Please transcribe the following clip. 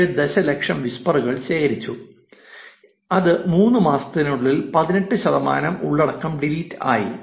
7 ദശലക്ഷം വിസ്പറുകൾ ശേഖരിച്ചു അത് 3 മാസത്തിനുള്ളിൽ 18 ശതമാനം ഉള്ളടക്കം ഡിലീറ്റ് ആയി